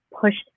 pushed